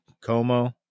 Como